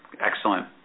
Excellent